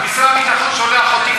משרד הביטחון שולח אותי,